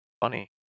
funny